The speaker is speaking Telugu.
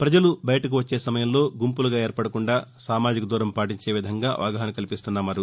ప్రజలు బయటకు వచ్చే సమయంలో గుంపులుగా ఏర్పడకుండా సామాజిక దూరం పాటించే విధంగా అవగాహన కల్పిస్తున్నామన్నారు